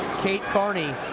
kate carney